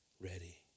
ready